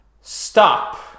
stop